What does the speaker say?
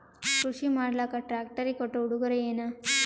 ಕೃಷಿ ಮಾಡಲಾಕ ಟ್ರಾಕ್ಟರಿ ಕೊಟ್ಟ ಉಡುಗೊರೆಯೇನ?